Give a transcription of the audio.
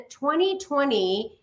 2020